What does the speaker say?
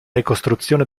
ricostruzione